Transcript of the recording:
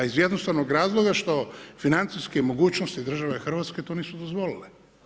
Iz jednostavnog razloga što financijske mogućnosti države Hrvatske to nisu dozvolile.